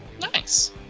Nice